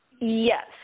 Yes